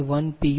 u